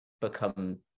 become